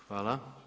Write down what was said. Hvala.